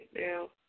now